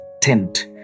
tent